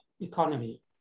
economy